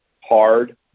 hard